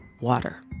Water